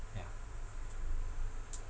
yeah